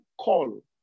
call